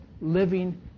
living